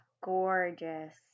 gorgeous